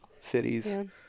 cities